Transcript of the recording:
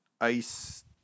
ice